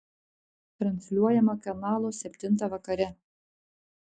transliuojama kanalu septintą vakare